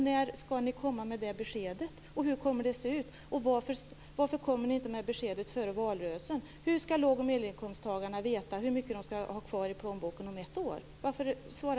När skall ni komma med det beskedet? Hur kommer det att se ut? Varför kommer ni inte med beskedet före valrörelsen? Hur skall låg och medelinkomsttagarna veta hur mycket de kommer att ha kvar i plånboken om ett år?